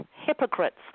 hypocrites